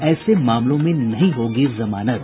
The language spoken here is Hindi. ऐसे मामलों में नहीं होगी जमानत